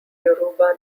yoruba